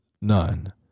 None